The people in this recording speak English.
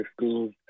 schools